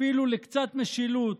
אפילו לקצת משילות,